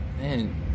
man